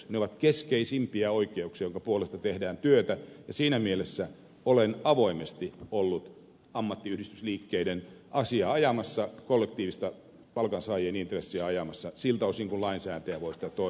ne ovat keskeisimpiä oikeuksia joiden puolesta tehdään työtä ja siinä mielessä olen avoimesti ollut ammattiyhdistysliikkeiden asiaa ajamassa kollektiivista palkansaajien intressiä ajamassa siltä osin kuin lainsäätäjä voi siten toimia